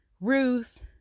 Ruth